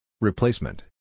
Replacement